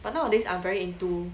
but nowadays I'm very into